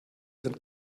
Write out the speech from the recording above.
sind